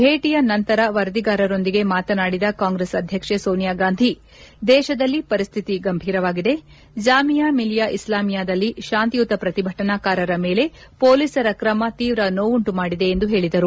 ಭೇಟಿಯ ನಂತರ ವರದಿಗಾರರೊಂದಿಗೆ ಮಾತನಾಡಿದ ಕಾಂಗ್ರೆಸ್ ಅಧ್ಯಕ್ಷೆ ಸೋನಿಯಾ ಗಾಂಧಿ ದೇಶದಲ್ಲಿ ಪರಿಶ್ಲಿತಿ ಗಂಭೀರವಾಗಿದೆ ಜಾಮಿಯಾ ಮಿಲಿಯಾ ಇಸ್ಲಾಮಿಯಾದಲ್ಲಿ ಶಾಂತಿಯುತ ಪ್ರತಿಭಟನಾಕಾರರ ಮೇಲೆ ಪೊಲೀಸರ ಕ್ರಮ ತೀವ್ರ ನೋವುಂಟು ಮಾಡಿದೆ ಎಂದು ಹೇಳಿದರು